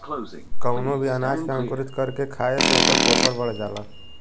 कवनो भी अनाज के अंकुरित कर के खाए से ओकर पोषण बढ़ जाला